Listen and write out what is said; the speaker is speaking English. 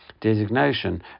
designation